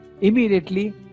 Immediately